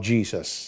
Jesus